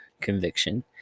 conviction